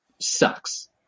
sucks